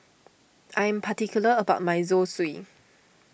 I am particular about my Zosui